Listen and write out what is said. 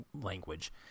language